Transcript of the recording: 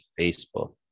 Facebook